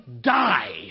die